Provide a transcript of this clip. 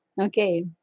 Okay